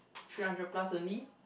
three hundred plus only